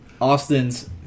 Austin's